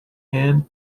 hand